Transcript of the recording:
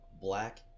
black